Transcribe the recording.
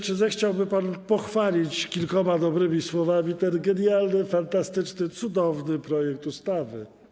Czy zechciałby pan pochwalić kilkoma dobrymi słowami ten genialny, fantastyczny, cudowny projekt ustawy?